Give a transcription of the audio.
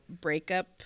breakup